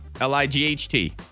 L-I-G-H-T